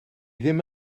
ddim